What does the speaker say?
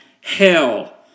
hell